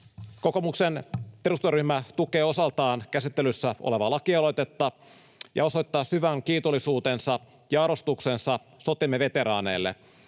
Kokoomuksen eduskuntaryhmä tukee osaltaan käsittelyssä olevaa lakialoitetta ja osoittaa syvän kiitollisuutensa ja arvostuksensa sotiemme veteraaneille.